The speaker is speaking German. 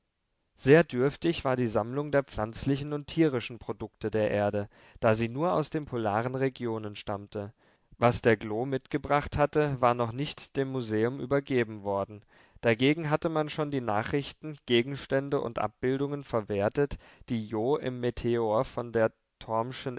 sehr dürftig war die sammlung der pflanzlichen und tierischen produkte der erde da sie nur aus den polaren regionen stammte was der glo mitgebracht hatte war noch nicht dem museum übergeben worden dagegen hatte man schon die nachrichten gegenstände und abbildungen verwertet die jo im meteor von der